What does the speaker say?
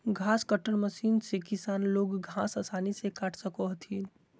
घास cutter machine से किसान लोग घास आसानी से काट सको हथिन